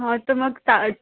हा तर मग ता